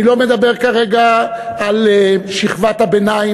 אני לא מדבר כרגע על שכבת הביניים,